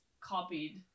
copied